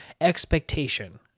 expectation